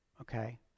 okay